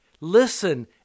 Listen